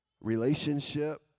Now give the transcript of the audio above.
Relationship